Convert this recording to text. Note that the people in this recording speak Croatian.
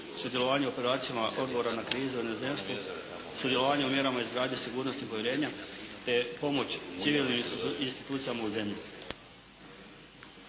sudjelovanje u operacijama odgovora na krizu u inozemstvu, sudjelovanje u mjerama izgradnje sigurnosti i povjerenja te pomoć civilnim institucijama u zemlji.